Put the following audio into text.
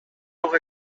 жок